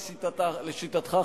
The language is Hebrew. לשיטתך,